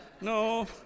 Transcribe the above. no